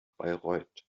bayreuth